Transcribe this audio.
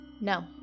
No